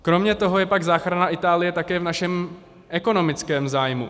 Kromě toho je pak záchrana Itálie také v našem ekonomickém zájmu.